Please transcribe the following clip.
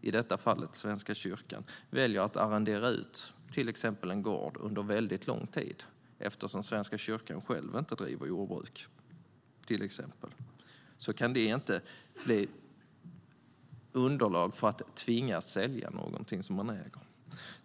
i detta fall Svenska kyrkan, väljer att arrendera ut till exempel en gård under väldigt lång tid eftersom Svenska kyrkan själv inte bedriver jordbruk. Det kan inte bli underlag för att tvingas sälja någonting som man äger.